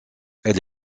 elle